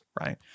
right